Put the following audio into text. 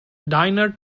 dinner